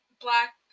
black